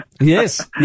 Yes